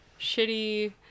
shitty